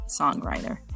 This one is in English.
songwriter